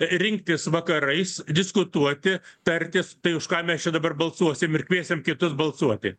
rinktis vakarais diskutuoti tartis tai už ką mes čia dabar balsuosim ir kviesim kitus balsuoti